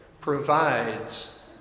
provides